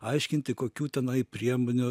aiškinti kokių tenai priemonių